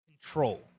control